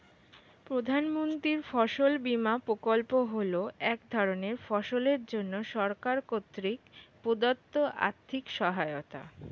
প্রধানমন্ত্রীর ফসল বিমা প্রকল্প হল এক ধরনের ফসলের জন্য সরকার কর্তৃক প্রদত্ত আর্থিক সহায়তা